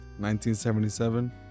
1977